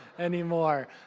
Anymore